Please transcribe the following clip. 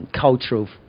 cultural